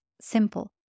simple